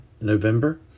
November